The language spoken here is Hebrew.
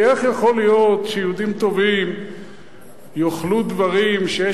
כי איך יכול להיות שיהודים טובים יאכלו דברים ש,